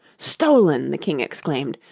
stolen! the king exclaimed,